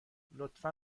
لطفا